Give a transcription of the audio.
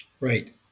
Right